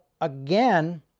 again